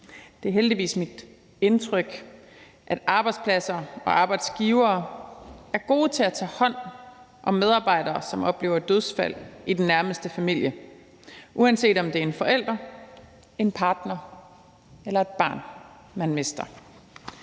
Det er heldigvis mit indtryk, at arbejdspladser og arbejdsgivere er gode til at tage hånd om medarbejdere, som oplever dødsfald i den nærmeste familie, uanset om det er en forælder, en partner eller et barn, man mister.